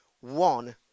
One